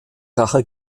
rache